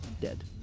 dead